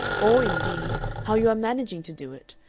or, indeed, how you are managing to do it,